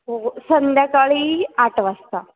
हो संध्याकाळी आठ वाजता